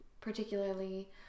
particularly